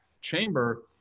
chamber